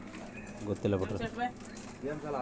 ಸುಸ್ಥಿರ ಬೇಸಾಯಾ ರೋಗಗುಳ್ಗೆ ಪ್ರತಿರೋಧಾನ ಹೆಚ್ಚಿಸ್ತತೆ